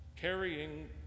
carrying